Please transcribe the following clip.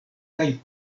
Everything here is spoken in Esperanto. kaj